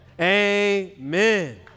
Amen